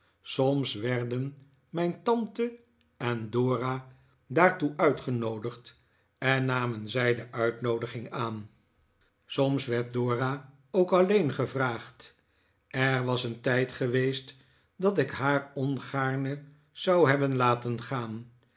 soms werden mijn tante en dora daartoe uitgenoodigd en namen zij de uitnoodiging aan soms werd dora ook alleen gevraagd er was een tijd geweest dat ik haar ongaarne zou hebben laten gaah